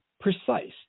precise